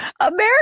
America